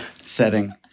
setting